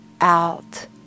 out